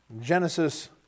Genesis